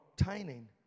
obtaining